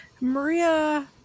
Maria